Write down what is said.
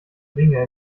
dinge